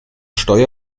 steuer